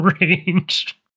range